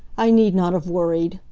i need not have worried.